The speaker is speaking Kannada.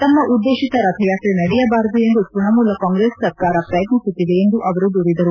ತಮ್ನ ಉದ್ದೇಶಿತ ರಥಯಾತ್ರೆ ನಡೆಯಬಾರದು ಎಂದು ತ್ಯಣಮೂಲ ಕಾಂಗ್ರೆಸ್ ಸರ್ಕಾರ ಶ್ರಯತ್ನಿಸುತ್ತಿದೆ ಎಂದು ಅವರು ದೂರಿದರು